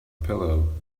pillow